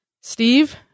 Steve